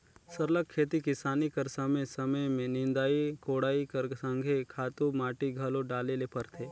सरलग खेती किसानी कर समे समे में निंदई कोड़ई कर संघे खातू माटी घलो डाले ले परथे